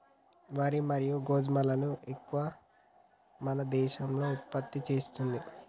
వరి మరియు గోధుమలను ఎక్కువ మన దేశం ఉత్పత్తి చేస్తాంది